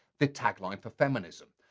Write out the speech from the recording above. the tagline for feminism.